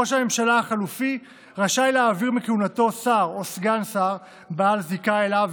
ראש הממשלה החלופי רשאי להעביר מכהונתו שר או סגן שר בעל זיקה אליו,